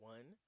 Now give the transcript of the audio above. One